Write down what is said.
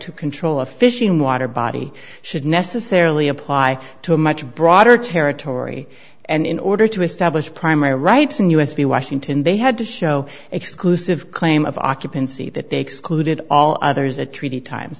to control a fishing water body should necessarily apply to a much broader territory and in order to establish primary rights in u s b washington they had to show exclusive claim of occupancy that they excluded all others a treaty time